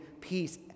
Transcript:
peace